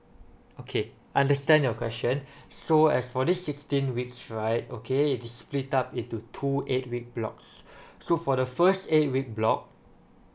okay understand your question so as for this sixteen weeks right okay it's split up into two eight weeks block s~ so for the first eight week block